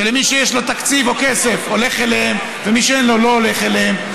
שמי שיש לו תקציב או כסף הולך אליהם ומי שאין לו לא הולך אליהם.